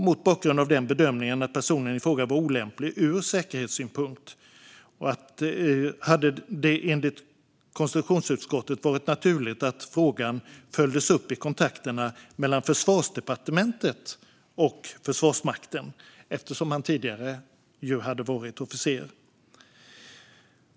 Mot bakgrund av bedömningen att personen i fråga var olämplig ur säkerhetssynpunkt hade det enligt konstitutionsutskottet varit naturligt att frågan följdes upp i kontakterna mellan Försvarsdepartementet och Försvarsmakten, eftersom han tidigare hade varit officer.